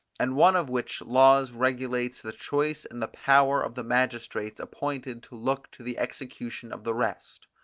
and one of which laws regulates the choice and the power of the magistrates appointed to look to the execution of the rest.